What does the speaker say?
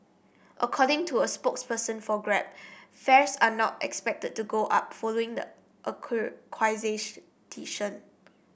according to a spokesperson for Grab fares are not expected to go up following the